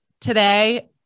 today